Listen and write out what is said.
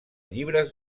llibres